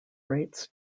rates